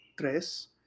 Tres